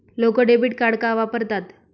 लोक debit card का वापरतात?